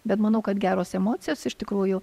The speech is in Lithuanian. bet manau kad geros emocijos iš tikrųjų